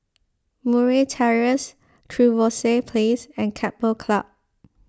Murray Terrace Trevose Place and Keppel Club